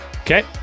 Okay